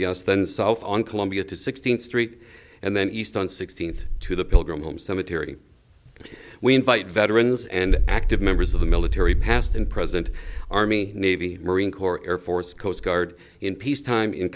es then south on columbia to sixteenth street and then east on sixteenth to the pilgrim home cemetery we invite veterans and active members of the military past and present army navy marine corps air force coast guard in peacetime in